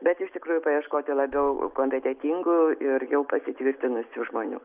bet iš tikrųjų paieškoti labiau kompetentingų ir jau pasitvirtinusių žmonių